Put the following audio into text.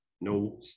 no